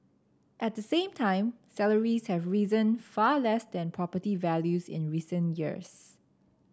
at the same time salaries have risen far less than property values in recent years